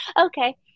okay